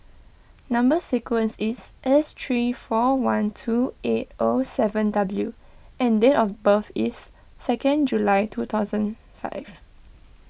Number Sequence is S three four one two eight O seven W and date of birth is second July two thousand five